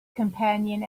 companion